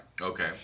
Okay